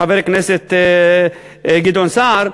חבר הכנסת גדעון סער,